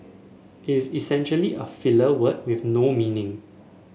it is essentially a filler word with no meaning